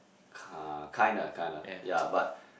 kind kinda kinda ya but